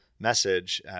message